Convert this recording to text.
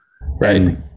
right